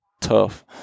tough